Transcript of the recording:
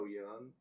young